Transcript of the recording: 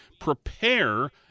prepare